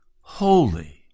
Holy